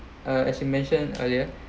uh as you mentioned earlier